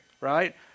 right